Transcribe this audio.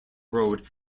road